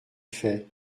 fait